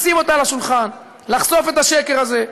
לשים אותה על השולחן, לחשוף את השקר הזה,